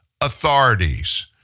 authorities